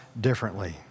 differently